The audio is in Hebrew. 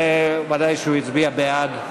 ודאי שהוא הצביע בעד.